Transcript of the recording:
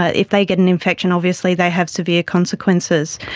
ah if they get an infection obviously they have severe consequences.